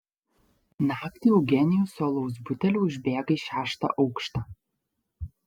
naktį eugenijus su alaus buteliu užbėga į šeštą aukštą